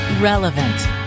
Relevant